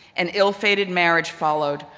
an ill-fated marriage followed.